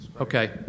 Okay